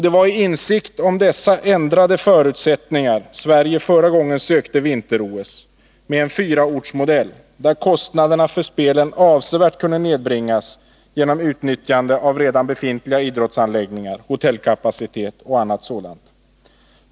Det var med insikt om dessa ändrade förutsättningar Sverige förra gången ansökte om att få anordna vinter-OS med en fyraortsmodell, där kostnaderna för spelen avsevärt kunde nedbringas genom utnyttjande av redan befintliga idrottsanläggningar, befintlig hotellkapacitet m.m.